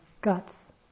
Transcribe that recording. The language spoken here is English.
guts